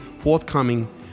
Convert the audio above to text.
forthcoming